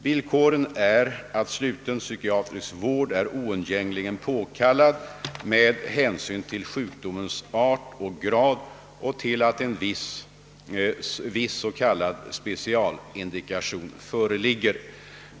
Villkoren är att sluten psykiatrisk vård är oundgängligen påkallad med hänsyn till sjukdomens art och grad och till att en viss s.k. specialindikation föreligger.